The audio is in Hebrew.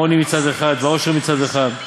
העוני מצד אחד והעושר מצד אחד,